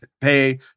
pay